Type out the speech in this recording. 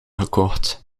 gekocht